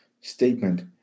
statement